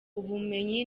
ubumenyi